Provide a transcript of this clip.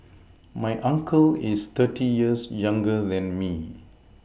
my uncle is thirty years younger than me